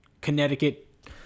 Connecticut